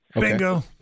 Bingo